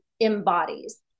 embodies